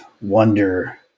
wonder